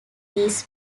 these